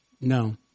no